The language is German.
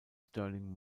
sterling